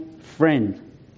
friend